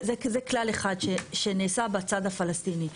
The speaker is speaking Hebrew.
זה כלל אחד שנעשה בצד הפלסטיני.